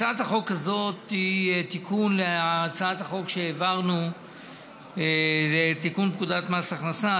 הצעת החוק הזאת היא תיקון להצעת החוק שהעברנו לתיקון פקודת מס הכנסה.